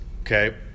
okay